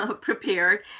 prepared